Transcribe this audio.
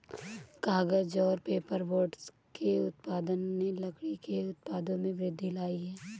कागज़ और पेपरबोर्ड के उत्पादन ने लकड़ी के उत्पादों में वृद्धि लायी है